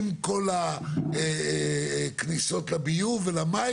עם כל הכניסות לביוב ולמים